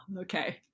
okay